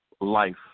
life